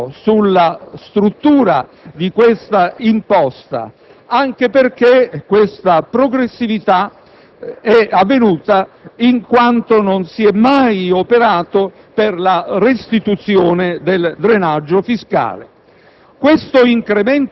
hanno avuto sulla struttura di questa imposta. Questa progressività, infatti, è avvenuta in quanto non si è mai operato per la restituzione del drenaggio fiscale.